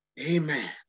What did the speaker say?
amen